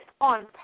on